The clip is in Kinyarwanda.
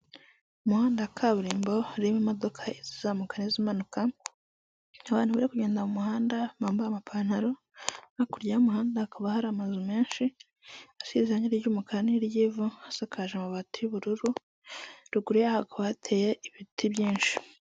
Umuhanda wa kaburimbo urimo imodoka izizamuka n'izimanuka, abantu bari kugenda mu muhanda bambaye amapantalo, hakurya y'umuhanda hakaba hari amazu menshi asize irange ry'umukara n'iryivu asakaje amabati y'ubururu, ruguru yaho hakaba hateye ibiti byinshi.